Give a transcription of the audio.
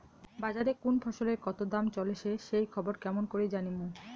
বাজারে কুন ফসলের কতো দাম চলেসে সেই খবর কেমন করি জানীমু?